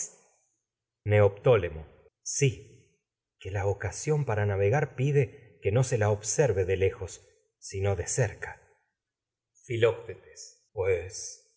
neoptólemo sí que la ocasión para navegar pide cerca que no se la observe de lejos sino de tragedias de sófocles filoctetes pues